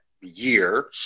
year